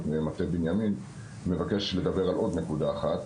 מטה בנימין מבקש לדבר על עוד נקודה אחת.